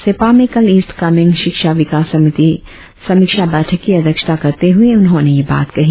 सेप्पा में कल ईस्ट कामेंग शिक्षा विकास समिति समिक्षा बैठक की अध्यक्षता करते हुए उन्होंने ये बात कही